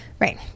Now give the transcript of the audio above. Right